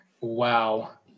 Wow